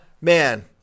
man